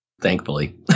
thankfully